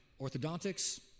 Orthodontics